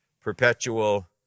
perpetual